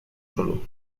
solo